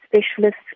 specialists